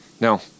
No